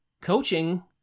Coaching